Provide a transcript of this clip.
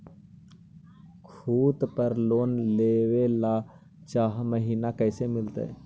खूत पर लोन लेबे ल चाह महिना कैसे मिलतै?